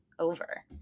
over